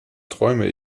träume